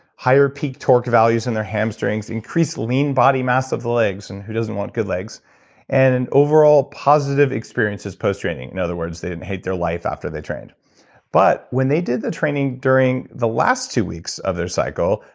higher peaked torque values in their hamstrings, increased lean body mass of the legs and who doesn't want good legs and an overall positive experiences post training. in other words, they didn't hate their life after they trained but when they did the training during the last two weeks of their cycle,